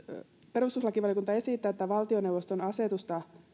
perustuslakivaliokunta esittää että valtioneuvoston asetusta